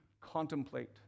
contemplate